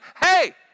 hey